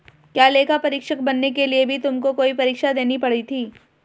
क्या लेखा परीक्षक बनने के लिए भी तुमको कोई परीक्षा देनी पड़ी थी?